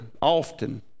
often